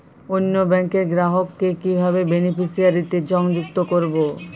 অন্য ব্যাংক র গ্রাহক কে কিভাবে বেনিফিসিয়ারি তে সংযুক্ত করবো?